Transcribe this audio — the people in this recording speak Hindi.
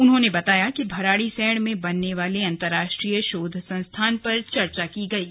उन्होंने बताया कि भराड़ीसैंण में बनने वाले अंतराष्ट्रीय शोध संस्थान पर चर्चा की गयी